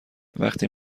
وقتی